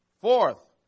Fourth